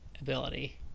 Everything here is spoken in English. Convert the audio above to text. ability